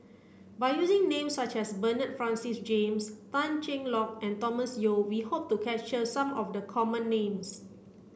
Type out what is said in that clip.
by using names such as Bernard Francis James Tan Cheng Lock and Thomas Yeo we hope to capture some of the common names